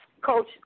coach